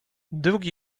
drugi